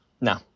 No